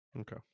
okay